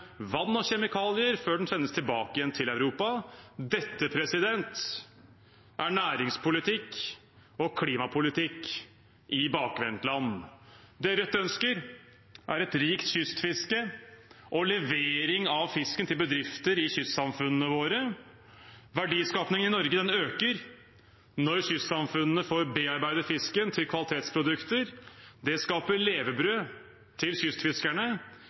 vann og kjemikalier før den sendes tilbake til Europa. Dette er næringspolitikk og klimapolitikk i bakvendtland. Det Rødt ønsker, er et rikt kystfiske og levering av fisken til bedrifter i kystsamfunnene våre. Verdiskapingen i Norge øker når kystsamfunnene får bearbeide fisken til kvalitetsprodukter. Det skaper levebrød til kystfiskerne